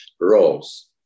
roles